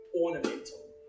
ornamental